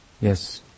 Yes